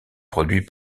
produit